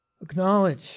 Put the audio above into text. Acknowledge